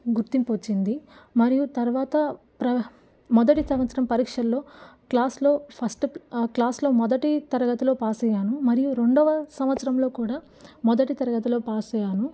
గుర్తింపు వచ్చింది మరియు తర్వాత ప్ర మొదటి సంవత్సరం పరీక్షల్లో క్లాసులో ఫస్ట్ క్లాస్లో మొదటి తరగతిలో పాస్ అయ్యాను మరియు రెండవ సంవత్సరంలో కూడా మొదటి తరగతిలో పాస్ అయ్యాను